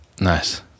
nice